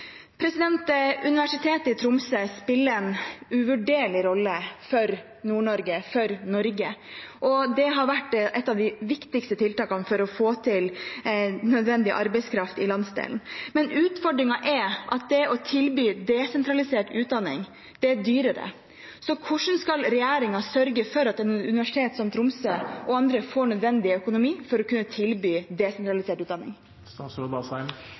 Universitetet i Tromsø spiller en uvurderlig rolle for Nord-Norge, for Norge, og det har vært et av de viktigste tiltakene for å få til nødvendig arbeidskraft i landsdelen. Men utfordringen er at det å tilby desentralisert utdanning er dyrere. Hvordan skal regjeringen sørge for at et universitet som Tromsø – og andre – får nødvendig økonomi for å kunne tilby desentralisert utdanning?